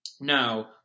now